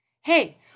Hey